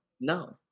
No